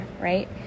right